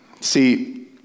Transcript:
See